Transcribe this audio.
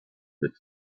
mit